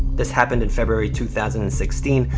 this happened in february two thousand and sixteen,